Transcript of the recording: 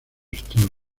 historia